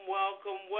welcome